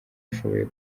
ashoboye